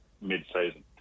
mid-season